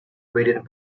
within